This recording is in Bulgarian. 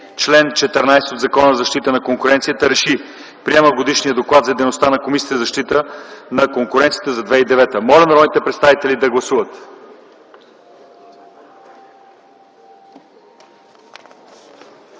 чл. 14 от Закона за защита на конкуренцията РЕШИ: Приема Годишния доклад за дейността на Комисията за защита на конкуренцията за 2009 г.” Моля народните представители да гласуват.